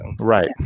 Right